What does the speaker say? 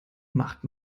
macht